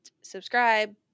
subscribe